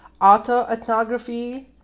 autoethnography